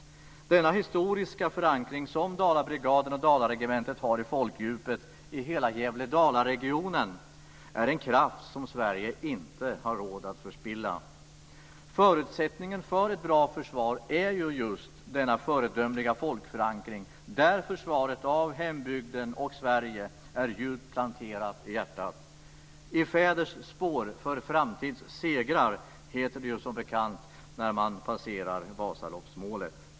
Den historiska förankring som Dalabrigaden och Dalaregementet har i folkdjupet i hela Gävle/Dalaregionen är en kraft som Sverige inte har råd att förspilla. Förutsättningen för ett bra försvar är ju just denna föredömliga folkförankring där försvaret av hembygden och Sverige är djupt planterad i hjärtat. "I fädrens spår för framtids segrar" heter det som bekant när man passerar Vasaloppsmålet.